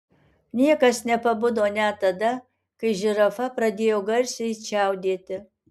niekas nepabudo net tada kai žirafa pradėjo garsiai čiaudėti